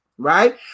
Right